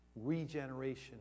regeneration